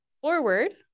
forward